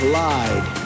lied